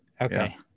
Okay